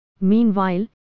Meanwhile